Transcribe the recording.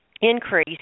increase